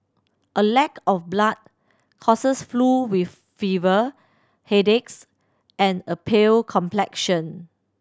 a lack of blood causes flu with fever headaches and a pale complexion